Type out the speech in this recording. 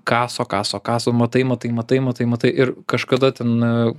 kaso kaso kaso matai matai matai matai matai ir kažkada ten